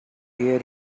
hear